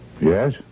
Yes